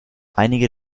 einige